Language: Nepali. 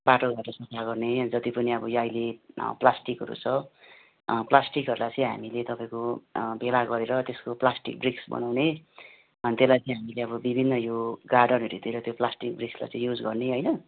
बाटो घाटो सफा गर्ने यहाँ जति पनि अब यहाँ अहिले प्लास्टिकहरू छ प्लास्टिकहरूलाई चाहिँं हामीले तपाईँको भेला गरेर त्यसको प्लास्टिक ब्रिक्स बनाउने अनि त्यसलाई चाहिँ हामीले विभिन्न यो गार्डनहरूतिर त्यो प्लास्टिकको ब्रिक्सलाई चाहिँ युज गर्ने होइन